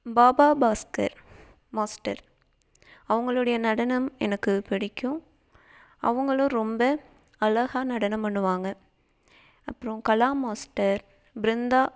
Baba Bhaskar master அவங்களோடைய நடனம் எனக்கு பிடிக்கும் அவங்களும் ரொம்ப அழகா நடனம் பண்ணுவாங்க அப்புறம் கலா மாஸ்டர் பிருந்தா